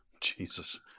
jesus